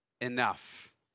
enough